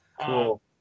Cool